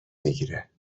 میگیره